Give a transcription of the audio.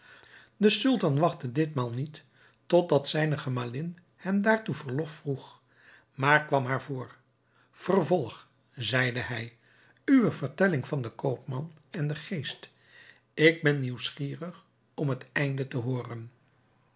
de sultan wachtte ditmaal niet tot dat zijne gemalin hem daartoe verlof vroeg maar kwam haar voor vervolg zeide hij uwe vertelling van den koopman en den geest ik ben nieuwsgierig om het einde te hooren